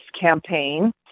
campaign